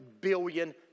billion